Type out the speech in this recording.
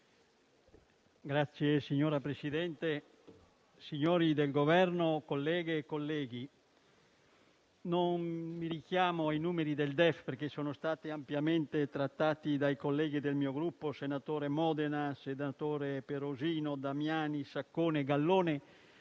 Signora Presidente, signori del Governo, colleghe e colleghi, non mi richiamo ai numeri del DEF, perché sono stati ampiamente trattati dai colleghi del mio Gruppo, i senatori Perosino, Damiani e Saccone e le